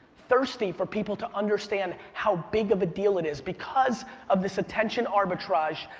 thirsty for people to understand how big of a deal it is, because of this attention arbitrage,